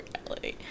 reality